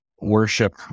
worship